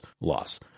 loss